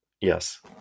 yes